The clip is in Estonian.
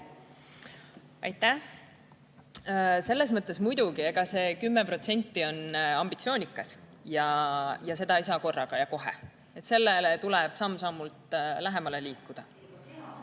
Aitäh! Selles mõttes muidugi see 10% on ambitsioonikas. Seda ei saa korraga ja kohe, sellele tuleb samm-sammult lähemale liikuda.